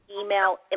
email